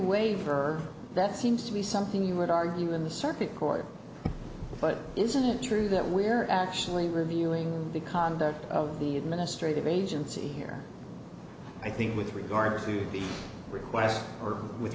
waiver that seems to be something you would argue in the circuit court but isn't it true that we are actually reviewing the conduct of the administrative agency here i think with regard to the request or with